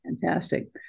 Fantastic